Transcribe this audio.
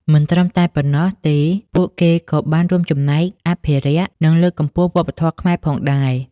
មិនត្រឹមតែប៉ុណ្ណោះទេពួកគេក៏បានរួមចំណែកអភិរក្ស និងលើកកម្ពស់វប្បធម៌ខ្មែរផងដែរ ។